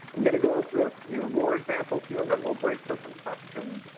i'm going to go through a few more examples here, and then we'll break for some questions.